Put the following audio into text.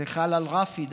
זה חל על רפי דווקא,